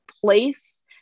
place